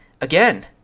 Again